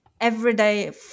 everyday